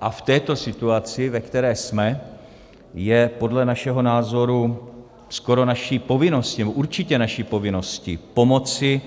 A v této situaci, ve které jsme, je podle našeho názoru skoro naší povinností, nebo určitě naší povinností, pomoci